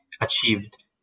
achieved